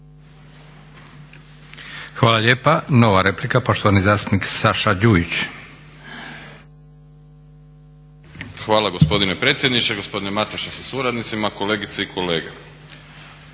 Hvala lijepa. Nova replika, poštovani zastupnik Saša Đujić. **Đujić, Saša (SDP)** Hvala gospodine predsjedniče. Gospodine Mateša sa suradnicima, kolegice i kolege.